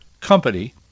company